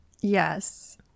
Yes